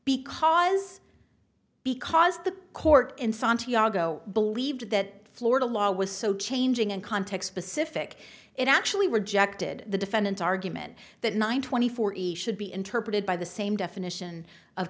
because because the court in santiago believed that florida law was so changing and context specific it actually rejected the defendant's argument that nine twenty four should be interpreted by the same definition of